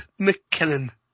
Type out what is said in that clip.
McKinnon